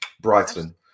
Brighton